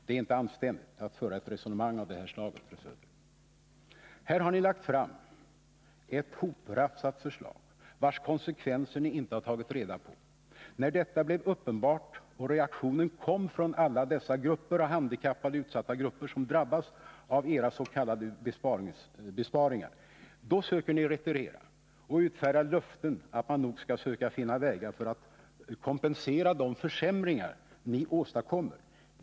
Det är inte anständigt att föra ett resonemang av det slaget, fru Söder. Här har ni lagt fram ett hoprafsat förslag, vars konsekvenser ni inte har tagit reda på. När dessa blev uppenbara och reaktionen kom från handikappade och alla andra utsatta grupper som drabbas av era s.k. besparingar, då börjar ni retirera och utfärdar löften att man nog skall söka finna vägar för att kompensera dem för de försämringar ni åstadkommer.